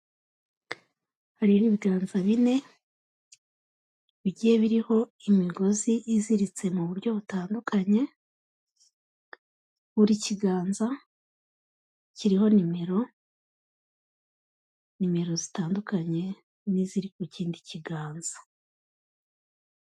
Hari n'ibiganza bine, bigiye biriho imigozi iziritse mu buryo butandukanye, buri kiganza, kiriho nimero, nimero zitandukanye n'iziri ku kindi kiganza.